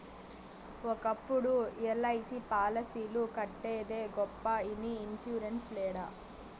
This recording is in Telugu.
ఒకప్పుడు ఎల్.ఐ.సి పాలసీలు కట్టేదే గొప్ప ఇన్ని ఇన్సూరెన్స్ లేడ